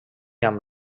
amb